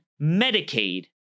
Medicaid